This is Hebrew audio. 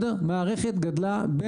מערכת גדלה,